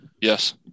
Yes